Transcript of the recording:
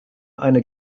eine